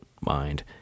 mind